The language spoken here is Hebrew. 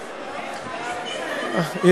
הרמטכ"ל,